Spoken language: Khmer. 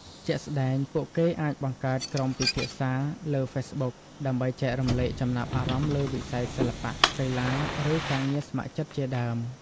ជាក់ស្ដែងពួកគេអាចបង្កើតក្រុមពិភាក្សាលើ ហ្វេសប៊ុក ដើម្បីចែករំលែកចំណាប់អារម្មណ៍លើវិស័យសិល្បៈ កីឡា ឬការងារស្ម័គ្រចិត្តជាដើម។